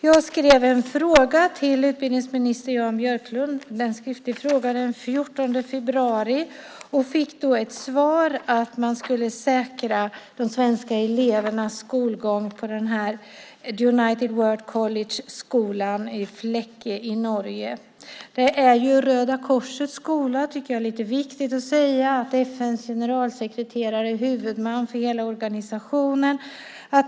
Jag ställde en skriftlig fråga till utbildningsminister Jan Björklund den 14 februari och fick svaret att man skulle säkra de svenska elevernas skolgång på United World College i Flekke i Norge. Det är Röda Korsets skola, vilket jag tycker är viktigt att säga. FN:s generalsekreterare är huvudman för hela organisationen.